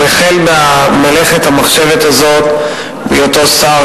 הוא החל במלאכת המחשבת הזאת בהיותו שר,